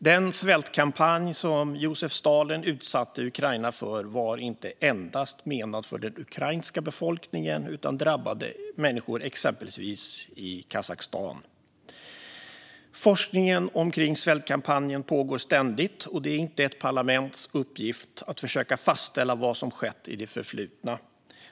Den svältkampanj som Josef Stalin utsatte Ukraina för var inte endast menad för den ukrainska befolkningen utan drabbade även människor exempelvis i Kazakstan. Forskningen omkring svältkampanjen pågår ständigt, och det är inte ett parlaments uppgift att försöka fastställa vad som skett i det förflutna.